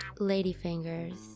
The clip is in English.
ladyfingers